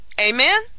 Amen